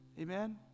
Amen